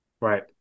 Right